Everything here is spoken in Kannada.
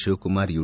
ಶಿವಕುಮಾರ್ ಯು